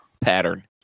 pattern